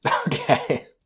Okay